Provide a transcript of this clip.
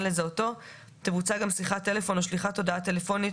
לזהותו תבוצע גם שיחת טלפון או שליחת הודעה טלפונית